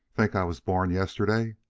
think i was born yesterday!